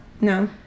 No